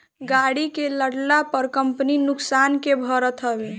गाड़ी के लड़ला पअ कंपनी नुकसान के भरत हवे